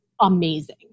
amazing